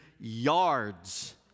yards